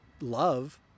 love